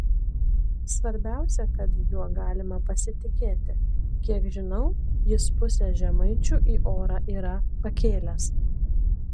svarbiausia kad juo galima pasitikėti kiek žinau jis pusę žemaičių į orą yra pakėlęs